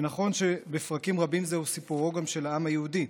ונכון שבפרקים רבים זהו גם סיפורו של העם היהודי,